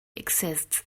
exists